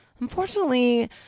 Unfortunately